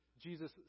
Jesus